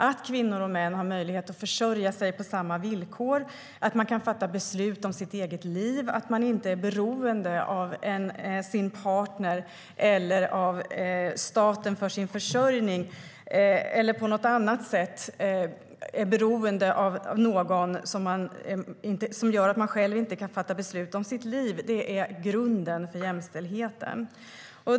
Att kvinnor och män har möjlighet att försörja sig på samma villkor, fatta beslut om sitt eget liv, inte vara beroende av sin partner eller av staten för sin försörjning eller på annat sätt beroende av någon så att man inte själv kan fatta beslut om sitt liv är grunden för jämställdheten.